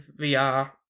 VR